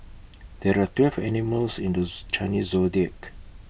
there are twelve animals in those Chinese Zodiac